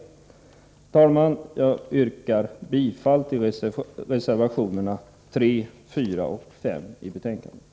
Herr talman! Jag yrkar bifall till reservationerna 3, 4 och 5 i betänkandet.